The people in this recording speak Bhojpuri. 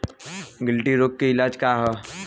गिल्टी रोग के इलाज का ह?